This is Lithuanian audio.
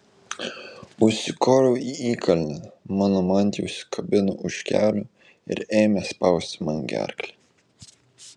užsikoriau į įkalnę mano mantija užsikabino už kelių ir ėmė spausti man gerklę